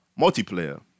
multiplayer